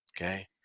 okay